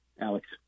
Alex